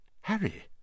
Harry